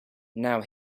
now